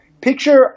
picture